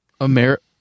America